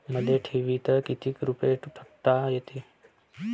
मले ठेवीत किती रुपये ठुता येते?